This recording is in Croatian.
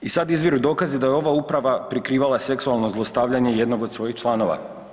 I sad izviru dokazi da je ova uprava prikrivala seksualno zlostavljanje jednog od svojih članova.